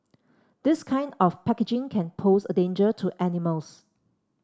this kind of packaging can pose a danger to animals